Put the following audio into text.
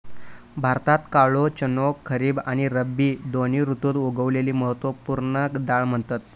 भारतात काळो चणो खरीब आणि रब्बी दोन्ही ऋतुत उगवलेली महत्त्व पूर्ण डाळ म्हणतत